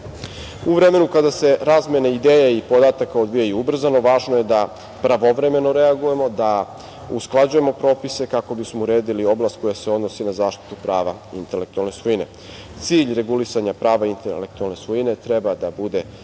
vremenu kada se razmene ideja i podataka odvijaju ubrzano važno je da pravovremeno reagujemo, da usklađujemo propise kako bismo uredili oblast koja se odnosi na zaštitu prava intelektualne svojine. Cilj regulisanja prava intelektualne svojine treba da bude stvaranje